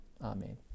amen